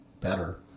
better